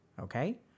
okay